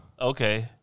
Okay